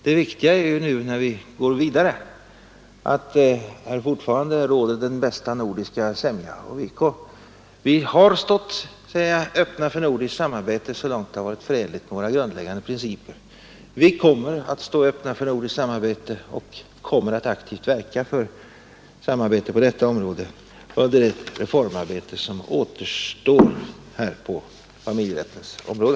Det viktiga när vi nu går vidare är att det fortfarande råder den bästa nordiska sämja. Vi har stått öppna för nordiskt samarbete så långt det varit möjligt med hänsyn till våra grundläggande principer. Vi kommer att stå öppna för nordiskt samarbete, och vi kommer att aktivt verka för samarbete under det reformarbete som återstår på familjerättens område.